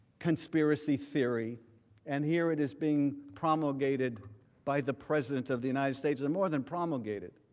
conspiracy theory and here it is being promulgated by the president of the united states and more than promulgated,